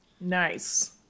Nice